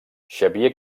xavier